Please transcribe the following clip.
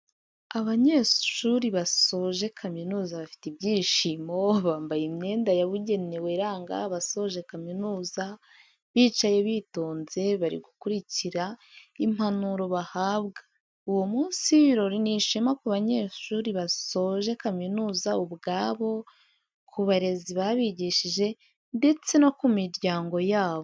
Abanyeshuri basoje kamizuza bafite ibyishimo, bambaye imyenda yabugenewe iranga abasoje kaminuza bicaye bitonze bari gukurikira impanuro bahabwa, uwo munsi w'ibirori ni ishema ku banyeshuri basoje kaminuza ubwabo, ku barezi babigishije ndetse no ku miryango yabo.